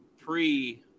pre